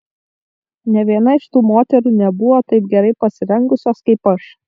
nė viena iš tų moterų nebuvo taip gerai pasirengusios kaip aš